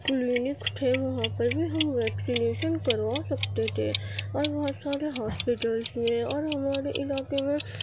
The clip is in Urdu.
کلینک تھے وہاں پہ بھی ہم ویکسینیشن کروا سکتے تھے اور بہت سارے ہاسپیٹلس میں اور ہمارے علاقے میں